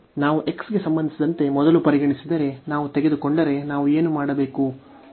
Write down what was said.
ನಾವು x ಗೆ ಸಂಬಂಧಿಸಿದಂತೆ ಮೊದಲು ಪರಿಗಣಿಸಿದರೆ ನಾವು ತೆಗೆದುಕೊಂಡರೆ ನಾವು ಏನು ಮಾಡಬೇಕು